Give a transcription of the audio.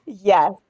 Yes